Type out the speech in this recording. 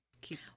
keep